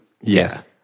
Yes